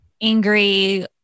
angry